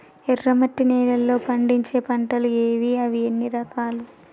ఎర్రమట్టి నేలలో పండించే పంటలు ఏవి? అవి ఎన్ని రకాలు?